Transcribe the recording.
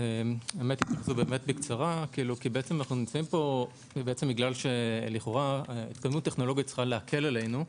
אנחנו נמצאים כאן בגלל שלכאורה ההזדמנות הטכנולוגית צריכה להקל עלינו,